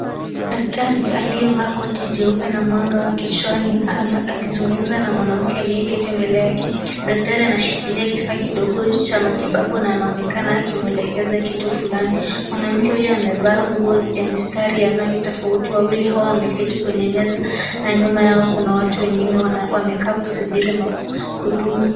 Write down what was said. Daktari aliyevaa koti jeupe na mwanga wa kichwani, akizungumza na mwanamke aliyeketi mbele yake. Daktari anashikilia kifaa kidogo cha matibabu, na anaonekana akimwelekeza kitu fulani. Mwanamke huyo amevaa nguo ya mistari ya rangi tofauti. Wawili hao wameketi kwenye meza, na nyuma yao kuna watu wengine wamekaa kusubiri huduma.